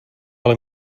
ale